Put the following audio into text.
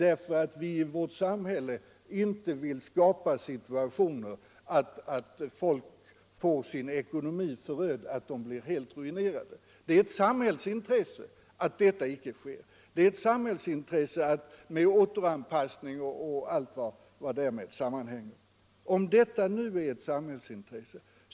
Vi vill i vårt samhälle inte skapa situationer som föröder folks ekonomi och gör dem helt ruinerade. Att detta inte sker är ett samhällsintresse lika väl som återanpassning och allt vad därmed sammanhänger.